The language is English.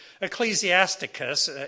Ecclesiasticus